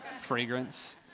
fragrance